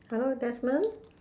hello Desmond